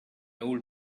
old